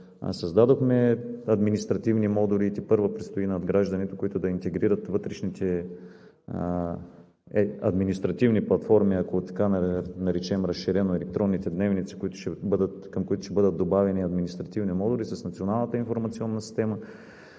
Създадохме административни модули – тепърва предстои надграждането, които да интегрират вътрешните административни платформи, ако така разширено наречем електронните дневници, към които ще бъдат добавени административни модули с Националната информационна система,